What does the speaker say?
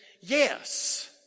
yes